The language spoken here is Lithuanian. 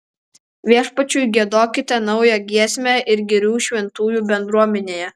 viešpačiui giedokite naują giesmę ir gyrių šventųjų bendruomenėje